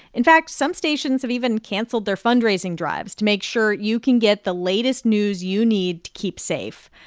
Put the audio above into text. in fact, some stations have even canceled their fundraising drives to make sure you can get the latest news you need to keep safe.